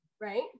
right